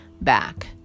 back